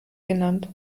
genannt